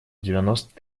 девяносто